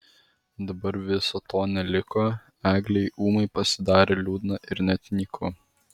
dabar viso to neliko eglei ūmai pasidarė liūdna ir net nyku